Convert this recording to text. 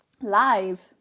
Live